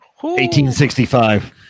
1865